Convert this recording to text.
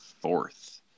fourth